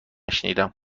شنیدم